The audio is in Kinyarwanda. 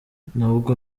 ntabwo